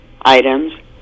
items